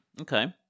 Okay